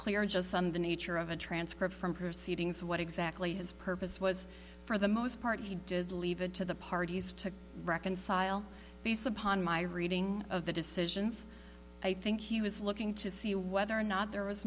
clear just on the nature of a transcript from proceedings what exactly his purpose was for the most part he did leave it to the parties to reconcile base upon my reading of the decisions i think he was looking to see whether or not